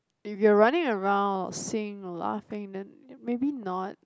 if you are running around sing laughing then maybe not